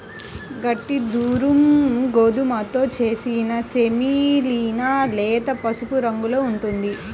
గట్టి దురుమ్ గోధుమతో చేసిన సెమోలినా లేత పసుపు రంగులో ఉంటుంది